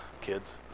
kids